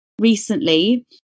recently